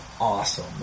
awesome